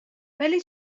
ولی